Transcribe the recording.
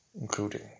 including